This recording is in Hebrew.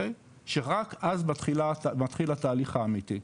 שרק אז מתחיל התהליך האמיתי,